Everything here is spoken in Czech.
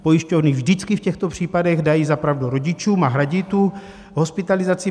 Pojišťovny vždycky v těchto případech dají za pravdu rodičům a hradí tu hospitalizaci.